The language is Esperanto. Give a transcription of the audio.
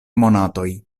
monatoj